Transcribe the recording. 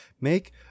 Make